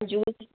juice